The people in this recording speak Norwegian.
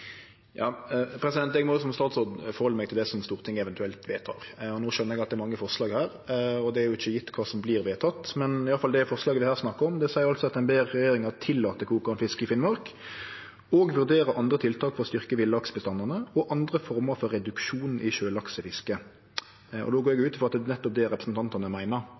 Eg må som statsråd forhalde meg til det som Stortinget eventuelt vedtek. No skjønar eg at det er mange forslag her, og det er jo ikkje gjeve kva som vert vedteke, men iallfall det forslaget det her er snakk om, seier at ein ber regjeringa tillate krokgarnfiske i Finnmark og vurdere andre tiltak for å styrkje villaksebestandane og andre former for reduksjon i sjølaksefiske. Då går eg ut frå at det er nettopp det representantane meiner.